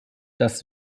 dass